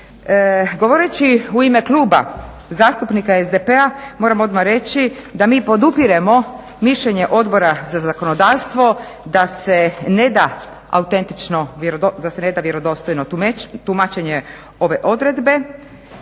Govoreći u ime Kluba zastupnika SDP-a moramo odmah reći da mi podupiremo mišljenje Odbora za zakonodavstvo da se ne da vjerodostojno tumačenje ove odredbe